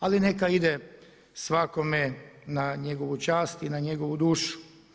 Ali neka ide svakome na njegovu čast i na njegovu dušu.